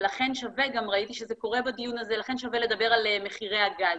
ולכן שווה גם ראיתי שזה קורה בדיון הזה לדבר על מחירי הגז.